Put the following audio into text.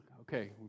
okay